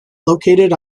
located